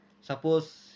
Suppose